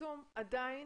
- אין